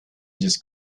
just